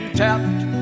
tapped